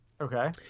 Okay